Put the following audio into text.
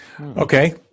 Okay